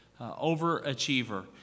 overachiever